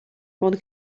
one